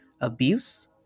Abuse